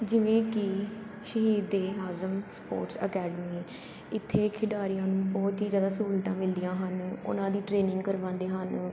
ਜਿਵੇਂ ਕੀ Shaheed e Azam sports academy ਇੱਥੇ ਖਿਡਾਰੀਆਂ ਨੂੰ ਬਹੁਤ ਹੀ ਜ਼ਿਆਦਾ ਸਹੂਲਤਾਂ ਮਿਲਦੀਆਂ ਹਨ ਉਹਨਾਂ ਦੀ ਟ੍ਰੇਨਿੰਗ ਕਰਵਾਉਂਦੇ ਹਨ